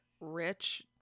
rich